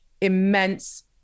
immense